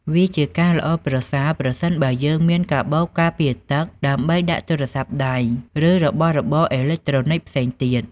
វាជាការល្អប្រសើរប្រសិនបើយើងមាន កាបូបការពារទឹក ដើម្បីដាក់ទូរស័ព្ទដៃ ឬរបស់របរអេឡិចត្រូនិកផ្សេងទៀត។